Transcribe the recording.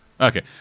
Okay